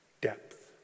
Depth